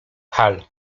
hal